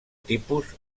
tipus